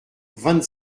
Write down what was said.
vingt